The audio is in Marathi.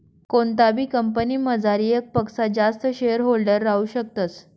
कोणताबी कंपनीमझार येकपक्सा जास्त शेअरहोल्डर राहू शकतस